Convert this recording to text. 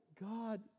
God